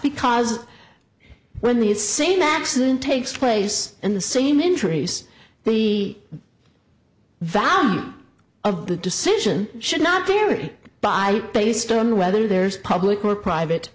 because when these same accident takes place and the same injuries the value of the decision should not carry by based on whether there's public or private